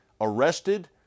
arrested